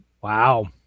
wow